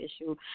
issue